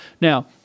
Now